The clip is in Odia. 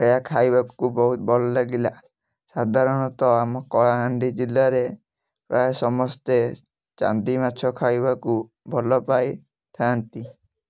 ଏହା ଖାଇବାକୁ ବହୁତ ଭଲ ଲାଗିଲା ସାଧାରଣତଃ ଆମ କଳାହାଣ୍ଡି ଜିଲ୍ଲାରେ ପ୍ରାୟ ସମସ୍ତେ ଚାନ୍ଦୀ ମାଛ ଖାଇବାକୁ ଭଲପାଇଥାନ୍ତି